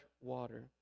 water